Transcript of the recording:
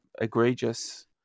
egregious